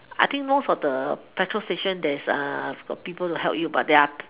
I think most of the petrol station there's uh got people to help you but there are